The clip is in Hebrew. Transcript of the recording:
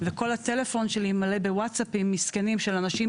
וכל הטלפון שלי מלא בוואטסאפים מסכנים של אנשים